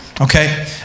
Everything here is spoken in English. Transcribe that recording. Okay